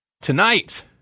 Tonight